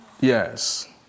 Yes